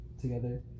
together